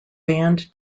band